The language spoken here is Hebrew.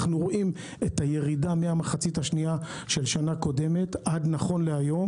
אנחנו רואים ירידה מהמחצית השנייה של שנה קודמת עד היום.